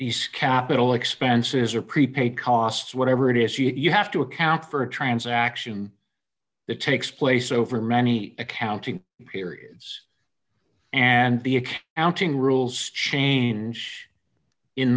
these capital expenses or prepaid costs whatever it is you have to account for a transaction that takes place over many accounting periods and the outing rules change in